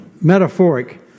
Metaphoric